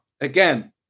Again